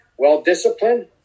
Well-disciplined